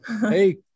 Hey